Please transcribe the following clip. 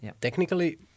Technically